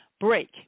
break